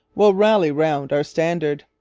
will rally round our standard